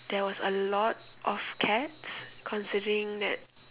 there was a lot of cats considering that